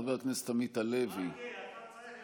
חבר הכנסת עמית הלוי, איננו.